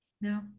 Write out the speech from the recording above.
no